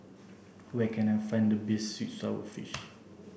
where can I find the best sweet sour fish